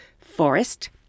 forest